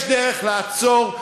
יש דרך לעצור,